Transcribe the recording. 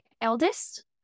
eldest